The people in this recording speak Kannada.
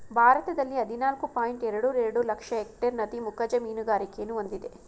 ಭಾರತದಲ್ಲಿ ಹದಿನಾಲ್ಕು ಪಾಯಿಂಟ್ ಎರಡು ಎರಡು ಲಕ್ಷ ಎಕ್ಟೇರ್ ನದಿ ಮುಖಜ ಮೀನುಗಾರಿಕೆಯನ್ನು ಹೊಂದಿದೆ